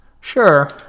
Sure